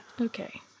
Okay